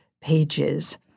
pages